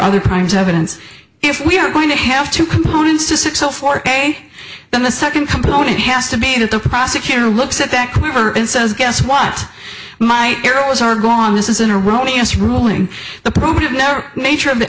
other crimes evidence if we are going to have two components to six l for a then the second component has to be that the prosecutor looks at that corner and says guess what my arrows are gone this is an erroneous ruling the prob nature of the